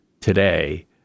today